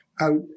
out